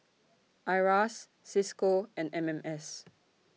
IRAS CISCO and M M S